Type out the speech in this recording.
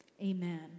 Amen